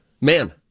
man